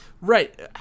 Right